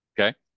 Okay